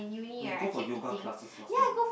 orh you go for yoga classes last time